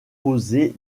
posés